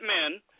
men